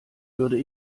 würde